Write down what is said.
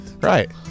Right